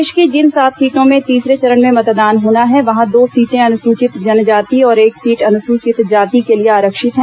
प्रदेश की जिन सात सीटों में तीसरे चरण में मतदान होना है वहां दो सीटें अनुसूचित जनजाति और एक सीट अनुसूचित जाति के लिए आरक्षित हैं